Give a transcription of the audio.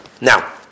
Now